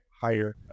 higher